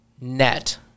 net